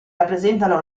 rappresentano